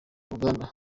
ruganda